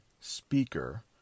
speaker